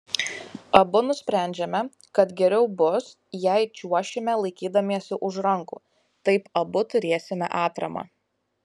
abu nusprendžiame kad geriau bus jei čiuošime laikydamiesi už rankų taip abu turėsime atramą